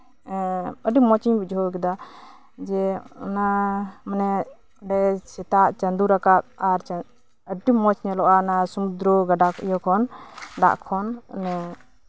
ᱟᱹᱰᱤ ᱢᱚᱸᱡ ᱵᱩᱡᱷᱟᱹᱣ ᱠᱮᱫᱟ ᱥᱮᱛᱟᱜ ᱪᱟᱸᱫᱳ ᱨᱟᱠᱟᱵ ᱟᱹᱰᱤ ᱢᱚᱸᱡ ᱧᱮᱞᱚᱜᱼᱟ ᱟᱨ ᱥᱚᱢᱩᱫᱽᱫᱚᱨᱚ ᱜᱟᱰᱟ ᱠᱚ ᱡᱚᱠᱷᱚᱱ ᱫᱚᱜ ᱠᱷᱚᱱ